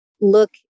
look